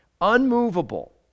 unmovable